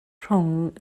rhwng